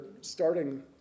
starting